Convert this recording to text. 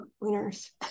Winners